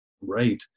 right